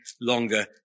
longer